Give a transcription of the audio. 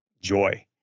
joy